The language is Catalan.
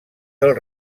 del